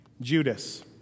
Judas